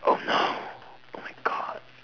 oh no oh my god